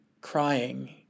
crying